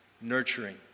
nurturing